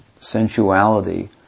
sensuality